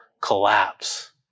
collapse